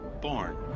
born